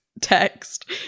text